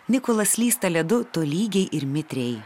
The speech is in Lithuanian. nikolas slysta ledu tolygiai ir mitriai